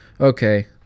Okay